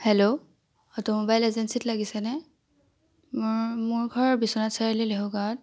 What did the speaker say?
hello automobile এজেঞ্চীত লাগিছেনে মোৰ ঘৰ বিশ্বনাথ চাৰিআলি লেহুগাঁৱত